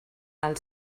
els